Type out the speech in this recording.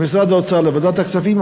במשרד האוצר, לוועדת הכספים.